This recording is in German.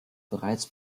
bereits